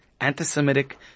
anti-Semitic